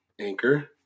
Anchor